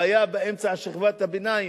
והיתה באמצע שכבת הביניים,